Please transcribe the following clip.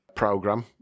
program